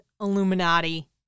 Illuminati